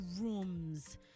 rooms